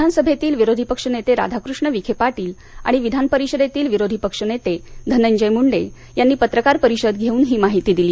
विधानसभेतील विरोधी पक्ष नेते राधाकृष्ण विखे पाटील आणि विधान परिषदेतील विरोधी पक्ष नेते धनंजय मुंडे यांनी पत्रकार परिषद घेऊन ही माहिती दिली